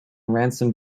ransom